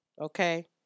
Okay